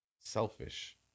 selfish